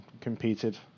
competed